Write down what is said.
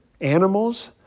animals